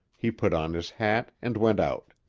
he put on his hat and went out.